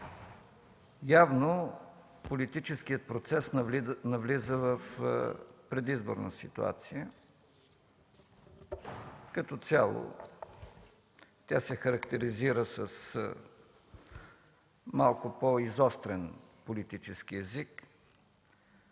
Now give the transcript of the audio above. Явно политическият процес навлиза в предизборна ситуация. Като цяло тя се характеризира с малко по-изострен политически език